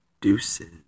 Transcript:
Deuces